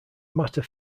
matter